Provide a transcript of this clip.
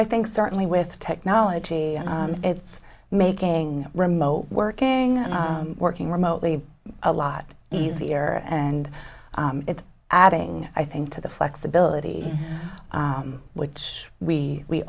i think certainly with technology it's making remote working and working remotely a lot easier and it's adding i think to the flexibility which we we